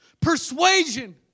Persuasion